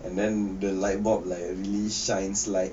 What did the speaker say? and then the light bulb like really shines like